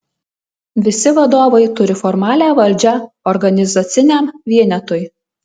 visi vadovai turi formalią valdžią organizaciniam vienetui